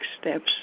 steps